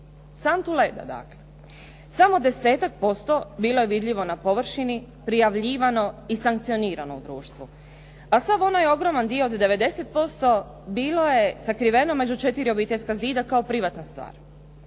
santu leda, dakle. Samo desetak posto bilo je vidljivo na površini, prijavljivano i sankcionirano u društvu. A sav onaj ogroman dio od 90% bilo je sakriveno među 4 obiteljska zida kao privatna stvar.